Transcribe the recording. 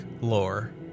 lore